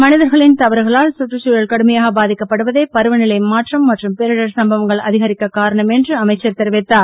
மனிதர்களின் தவறுகளால் சுற்றுச்சூழல் கடுமையாக பாதிக்கப்படுவதே பருவநிலை மாற்றம் மற்றும் பேரிடர் சம்பவங்கள் அதிகரிக்க காரணம் என்று அமைச்சர் தெரிவித்தார்